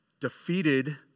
defeated